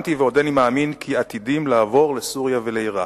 האמנתי ועודני מאמין כי עתידים לעבור לסוריה ולעירק.